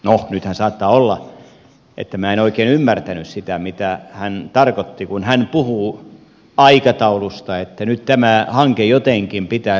no nythän saattaa olla että minä en oikein ymmärtänyt sitä mitä hän tarkoitti kun hän puhui aikataulusta että nyt tämä hanke jotenkin pitäisi aikatauluttaa